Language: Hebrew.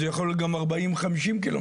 זה יכול להיות גם 40 ו-50 ק"מ.